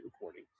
recording